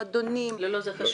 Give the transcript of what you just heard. לא, זה חשוב.